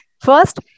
first